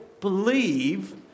Believe